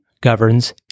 governs